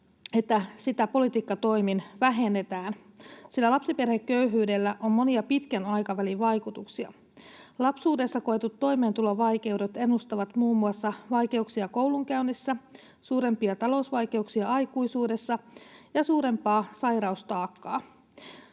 että sitä politiikkatoimin vähennetään, sillä lapsiperheköyhyydellä on monia pitkän aikavälin vaikutuksia. Lapsuudessa koetut toimeentulovaikeudet ennustavat muun muassa vaikeuksia koulunkäynnissä, suurempia talousvaikeuksia aikuisuudessa ja suurempaa sairaustaakkaa.